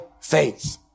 faith